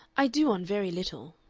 i do on very little.